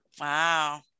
wow